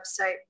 website